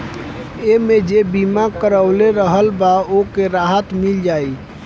एमे जे बीमा करवले रहल बा ओके राहत मिल जाई